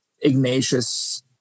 Ignatius